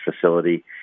facility